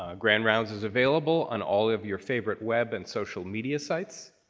ah grand rounds is available on all of your favorite web and social media sites.